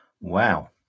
Wow